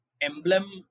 emblem